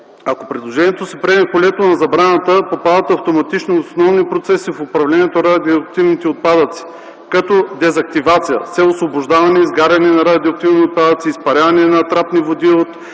Ако предложението се приеме, в полето на забраната попадат автоматично основни процеси в управлението на радиоактивните отпадъци като дезактивация с цел освобождаване и изгаряне на радиоактивни отпадъци, изпаряване на трапни води от